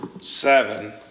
seven